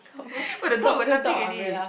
but the dog were nothing already